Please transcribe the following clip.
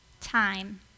time